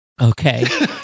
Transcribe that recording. Okay